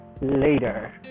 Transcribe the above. later